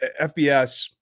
FBS